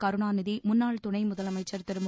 கருணாநிதி முன்னாள் துணை முதலமைச்சர் திரு மு